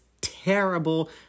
terrible